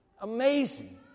Amazing